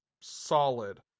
solid